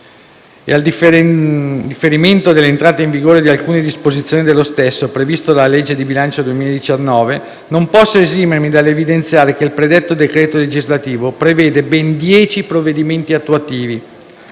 e al differimento dell'entrata in vigore di alcune disposizioni dello stesso, previsto dalla legge di bilancio 2019, non posso esimermi dall'evidenziare che il predetto decreto legislativo prevede ben dieci provvedimenti attuativi,